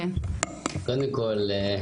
קודם כל,